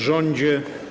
Rządzie!